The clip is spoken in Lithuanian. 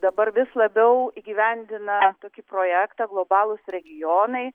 dabar vis labiau įgyvendina tokį projektą globalūs regionai